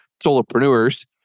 solopreneurs